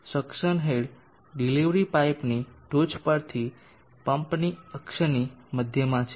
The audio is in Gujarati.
સક્શન હેડ ડિલિવરી પાઇપની ટોચ પરથી પંપની અક્ષની મધ્યમાં છે